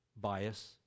bias